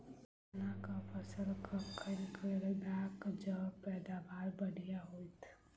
चिकना कऽ फसल कखन गिरैब जँ पैदावार बढ़िया होइत?